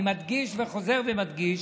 אני מדגיש וחוזר ומדגיש: